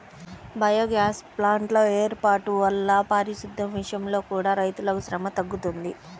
biogas ప్లాంట్ల వేర్పాటు వల్ల పారిశుద్దెం విషయంలో కూడా రైతులకు శ్రమ తగ్గుతుంది